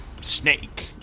Snake